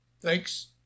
Thanks